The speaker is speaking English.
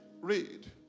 Read